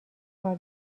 کار